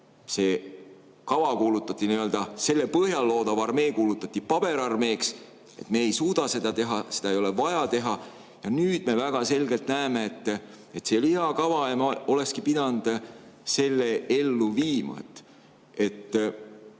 lahkus, siis selle kava põhjal loodav armee kuulutati paberarmeeks, et me ei suuda seda teha, seda ei ole vaja teha. Ja nüüd me väga selgelt näeme, et see oli hea kava ja me oleksime pidanud selle ellu viima.